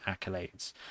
accolades